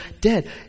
dead